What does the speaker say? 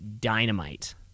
dynamite